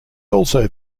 also